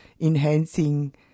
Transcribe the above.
enhancing